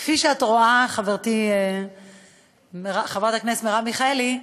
כפי שאת רואה, חברתי חברת הכנסת מרב מיכאלי,